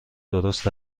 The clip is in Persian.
درست